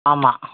ஆமாம்